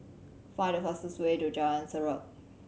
find the fastest way to Jalan Sendudok